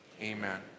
Amen